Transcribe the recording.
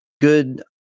good